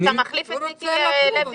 אני אדבר על